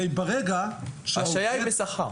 הרי ברגע שהעובד --- ההשעיה היא בשכר.